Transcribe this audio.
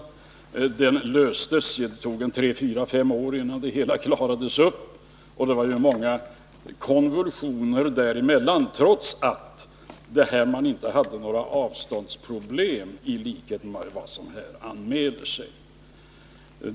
Frågan löstes — det tog tre, fyra eller fem år innan det hela klarades upp, och det var många konvulsioner däremellan, trots att man inte hade några avståndsproblem av samma slag som i det här fallet.